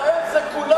בישראל זה כולם,